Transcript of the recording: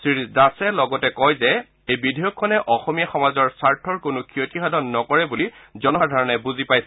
শ্ৰীদাসে লগতে কয় যে এই বিধেয়কখনে অসমীয়া সমাজৰ স্বাৰ্থৰ কোনো ক্ষতিসাধন নকৰে বুলি জনসাধাৰণে বুজি পাইছে